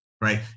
right